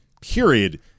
period